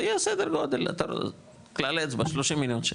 זה יהיה סדר גודל, כלל אצבע, 30 מיליון ₪.